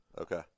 Okay